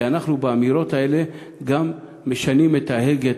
כי אנחנו באמירות האלה גם משנים את ההגה,